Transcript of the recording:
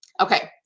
Okay